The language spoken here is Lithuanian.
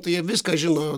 tai jie viską žino